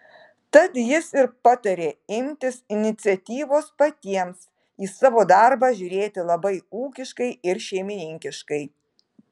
tad jis ir patarė imtis iniciatyvos patiems į savo darbą žiūrėti labai ūkiškai ir šeimininkiškai